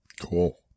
Cool